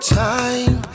time